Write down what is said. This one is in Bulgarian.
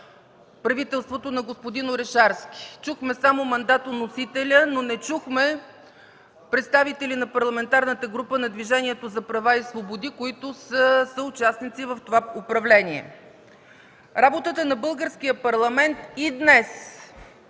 правителството на господин Орешарски. Чухме само мандатоносителя, но не чухме представители на парламентарната група на Движението за права и свободи, които са съучастници в това управление. Работата на Българския парламент и днес